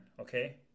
Okay